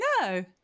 No